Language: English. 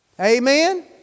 Amen